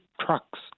trucks